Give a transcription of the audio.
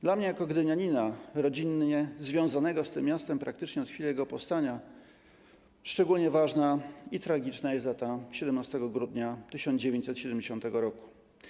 Dla mnie jako gdynianina, rodzinnie związanego z tym miastem praktycznie od chwili jego powstania, szczególnie ważna i tragiczna jest data 17 grudnia 1970 r.